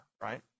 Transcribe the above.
right